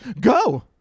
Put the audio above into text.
go